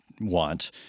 want